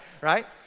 Right